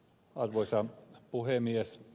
arvoisa puhemies